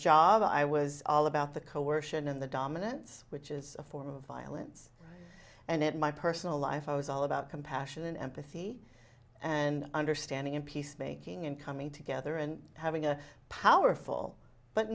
job i was all about the coercion and the dominance which is a form of violence and it my personal life it was all about compassion and empathy and understanding in peacemaking and coming together and having a powerful but